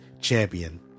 champion